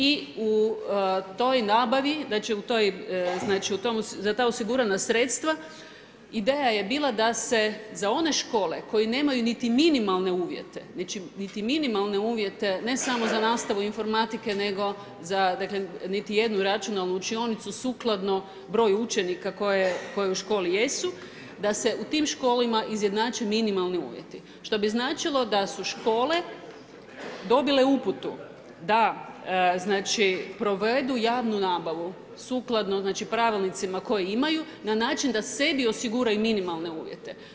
I u toj nabavi, znači u toj, za ta osigurana sredstva ideja je bila da se za one škole koje nemaju niti minimalne uvjete, znači niti minimalne uvjete ne samo za nastavu informatike nego za dakle niti jednu računalnu učionicu sukladno broju učenika koje u školi jesu da se u tim školama izjednače minimalni uvjeti što bi značilo da su škole dobile uputu da znači provedu javnu nabavu sukladno, znači pravilnicima koje imaju na način da sebi osiguraju minimalne uvjete.